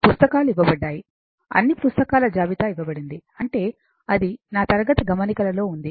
పుస్తకాలు ఇవ్వబడ్డాయి అన్ని పుస్తకాల జాబితా ఇవ్వబడింది అంటే అది నా తరగతి గమనికలలో ఉంది